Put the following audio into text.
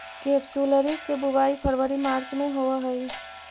केपसुलरिस के बुवाई फरवरी मार्च में होवऽ हइ